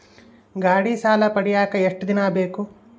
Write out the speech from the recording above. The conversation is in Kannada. ಗಾಡೇ ಸಾಲ ಪಡಿಯಾಕ ಎಷ್ಟು ದಿನ ಬೇಕು?